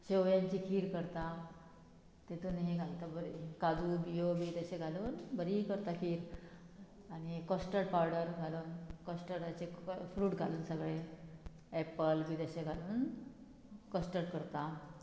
शेव्यांची खीर करता तितून हें घालता बरी काजू बियो बी तशें घालून बरी करता खीर आनी कस्टड पावडर घालून कस्टर्डाचे फ्रूट घालून सगळे एप्पल बी तशे घालून कस्टड करता